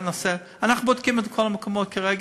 אנחנו בודקים את כל המקומות כרגע,